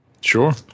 Sure